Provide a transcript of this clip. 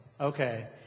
Okay